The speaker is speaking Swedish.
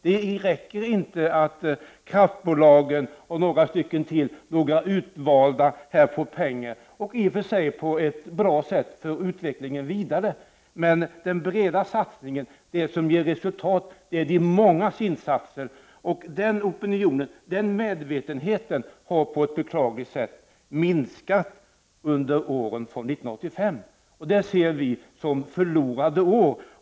Det räcker inte att kraftbolag och ytterligare utvalda får pengar och i och för sig på ett bra sätt för utvecklingen vidare. Den breda satsningen, som ger resultat, är de mångas insatser, och medvetenheten om detta har på ett beklagligt sätt minskat under åren sedan 1985, som vi ser som förlorade år.